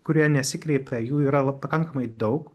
kurie nesikreipia jų yra pakankamai daug